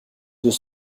deux